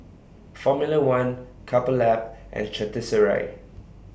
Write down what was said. Formula one Couple Lab and Chateraise